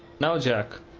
now, jack,